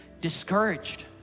discouraged